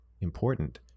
important